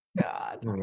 god